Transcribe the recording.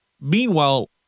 Meanwhile